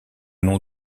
nom